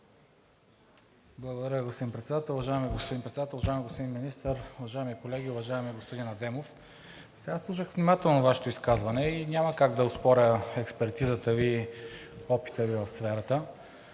Благодаря, господин Председател. Уважаеми господин Председател, уважаеми господин Министър, уважаеми колеги! Уважаеми господин Адемов, аз слушах внимателно Вашето изказване и няма как да оспоря експертизата и опита Ви в сферата.